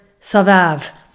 savav